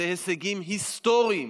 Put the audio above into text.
אלו הישגים היסטוריים,